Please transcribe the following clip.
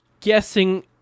guessing